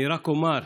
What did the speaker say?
אני רק אומר: